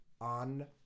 on